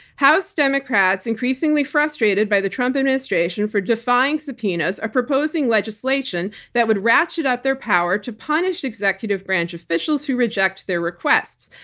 house democrats increasingly frustrated by the trump administration for defying subpoenas are proposing legislation that would ratchet up their power to punish executive branch officials who reject their requests.